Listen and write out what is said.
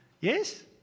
Yes